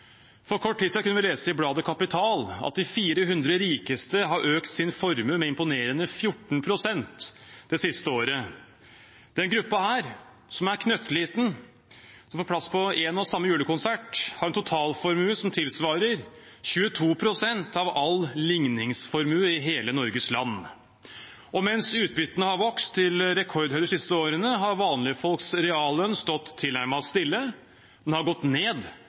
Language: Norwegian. For kort tid siden kunne vi lese i bladet Kapital at de 400 rikeste har økt sin formue med imponerende 14 pst. det siste året. Denne gruppen, som er knøttliten, og som får plass på en og samme julekonsert, har en totalformue som tilsvarer 22 pst. av all ligningsformue i hele Norges land. Og mens utbyttene har vokst til rekordhøyder de siste årene, har vanlige folks reallønn stått tilnærmet stille – den har gått ned